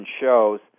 shows